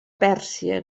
pèrsia